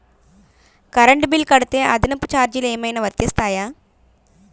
Current bill కడితే అదనపు ఛార్జీలు ఏమైనా వర్తిస్తాయా?